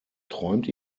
träumt